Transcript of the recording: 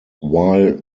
while